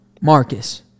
Marcus